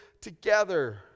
together